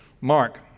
Mark